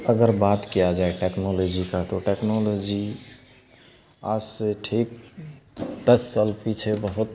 अगर बात किया जाए टेक्नोलोजी की तो टेक्नोलोजी आज से ठीक दस साल पीछे बहुत